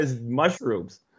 mushrooms